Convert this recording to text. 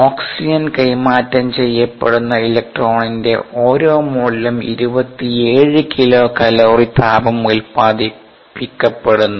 ഓക്സിജന് കൈമാറ്റം ചെയ്യപ്പെടുന്ന ഇലക്ട്രോണിന്റെ ഓരോ മോളിലും 27 കിലോ കലോറി താപം ഉത്പാദിപ്പിക്കപ്പെടുന്നു